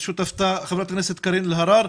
אז נשמע את שותפתה חברת הכנסת קארין אלהרר.